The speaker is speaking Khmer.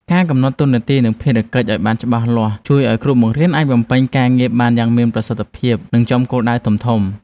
ការកំណត់តួនាទីនិងភារកិច្ចឱ្យបានច្បាស់លាស់ជួយឱ្យគ្រូបង្រៀនអាចបំពេញការងារបានយ៉ាងមានប្រសិទ្ធភាពនិងចំគោលដៅធំៗ។